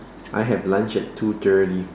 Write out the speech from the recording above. I have lunch at two thirty